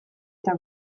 eta